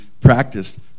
practiced